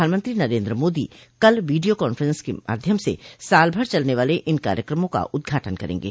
प्रधानमंत्री नरेन्द्र मोदी कल video conference के माध्यम से साल भर चलने वाले इन कार्यक्रमों का उदघाटन करेंगे